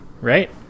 Right